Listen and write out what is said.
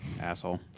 Asshole